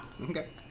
Okay